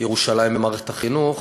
ירושלים במערכת החינוך.